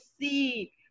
see